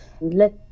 let